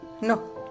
No